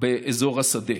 באזור השדה,